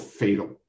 fatal